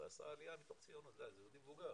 עשה עליה מתוך ציוני, זה יהודי מבוגר.